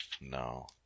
No